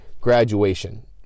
graduation